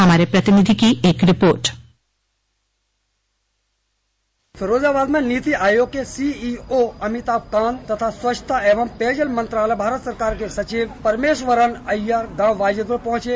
हमारे प्रतिनिधि की एक रिपोर्ट फिरोजाबाद में नीति आयोग के सीईओ अमिताभ कान्त तथा स्वच्छता एवं पेयजल मंत्रालय भारत सरकार के सचिव परमेश्वरन अय्यर गांव वाजिदपुर पहुंचे